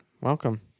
welcome